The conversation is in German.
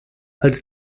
als